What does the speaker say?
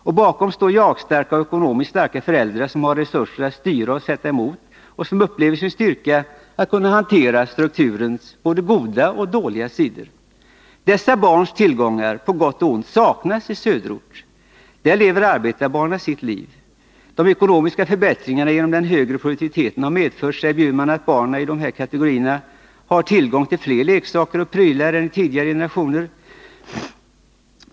Och bakom står jag-starka och ekonomiskt starka föräldrar, som har resurser att styra och sätta emot och som upplever styrka i en förmåga att hantera strukturens både goda och dåliga sidor. Dessa barns tillgångar, på gott och ont, saknas i söderort. Där lever arbetarbarnen sitt liv. De ekonomiska förbättringarna genom den högre produktiviteten har medfört, säger Bjurman, att barnen i båda kategorierna har tillgång till fler leksaker och prylar än i tidigare generationer.